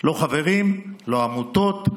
לא חברים, לא עמותות,